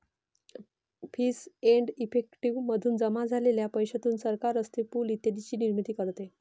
fees and effective मधून जमा झालेल्या पैशातून सरकार रस्ते, पूल इत्यादींची निर्मिती करते